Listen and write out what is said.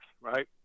right